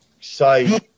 say